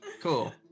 Cool